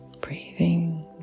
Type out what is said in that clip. Breathing